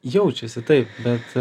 jaučiasi taip bet